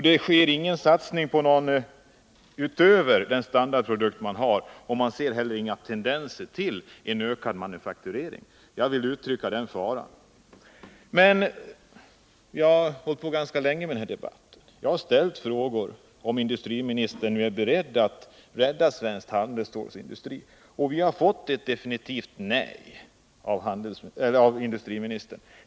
Det sker ingen satsning på något utöver den standardprodukt man har, och man ser heller inga tendenser till en ökad manufakturering. Jag vill peka på den faran. Vi har nu fört den här debatten ganska länge. Jag har ställt frågor om industriministern är beredd att rädda svensk handelsstålsindustri. Vi har fått ett definitivt nej av industriministern.